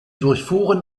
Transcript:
durchfuhren